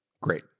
great